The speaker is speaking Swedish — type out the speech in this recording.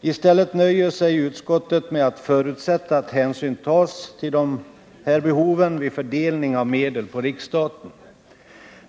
I stället nöjer sig utskottet med att förutsätta att hänsyn tas till dessa behov vid fördelningen av medel på riksstaten.